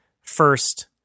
first